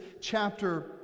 chapter